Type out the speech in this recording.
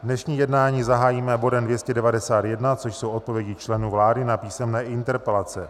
Dnešní jednání zahájíme bodem 291, což jsou odpovědi členů vlády na písemné interpelace.